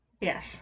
Yes